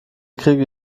kriege